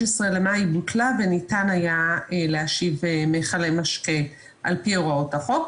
במאי היא בוטלה וניתן היה להשיב מכלי משקה על פי הוראות החוק.